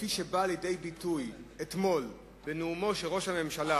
כפי שבאה לידי ביטוי אתמול בנאומו של ראש הממשלה,